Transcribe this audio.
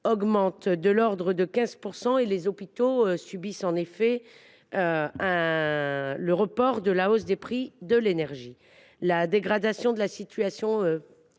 augmentent de l’ordre de 15 % et les hôpitaux subissent un effet report de la hausse des prix de l’énergie. La dégradation de la situation